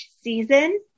season